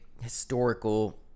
historical